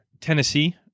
Tennessee